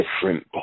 different